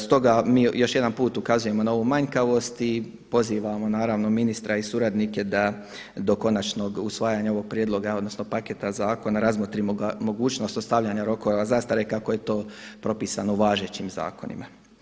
Stoga mi još jedan put ukazujemo na ovu manjkavost i pozivamo ministra i suradnike da do konačnog usvajanja ovog prijedloga odnosno paketa zakona razmotri mogućnost ostavljanja rokova zastare kako je to propisano važećim zakonima.